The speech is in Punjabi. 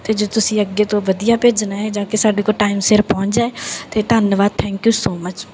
ਅਤੇ ਜੇ ਤੁਸੀਂ ਅੱਗੇ ਤੋਂ ਵਧੀਆ ਭੇਜਣਾ ਹੈ ਜਾਂ ਕਿ ਸਾਡੇ ਕੋਲ ਟਾਈਮ ਸਿਰ ਪਹੁੰਚ ਜਾਵੇ ਅਤੇ ਧੰਨਵਾਦ ਥੈਂਕ ਯੂ ਸੋ ਮੱਚ